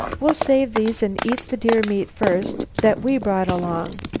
we'll save these and eat the deer meat first that we brought along.